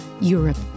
Europe